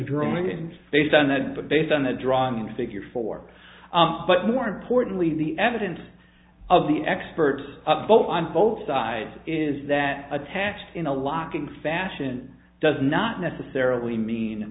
drawing and based on that but based on the drawing the figure four but more importantly the evidence of the experts of both on both sides is that attached in a locking fashion does not necessarily mean